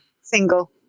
single